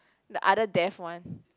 the other death one